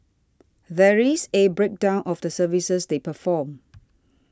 there is a breakdown of the services they perform